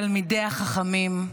תלמידי החכמים,